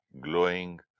glowing